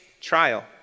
trial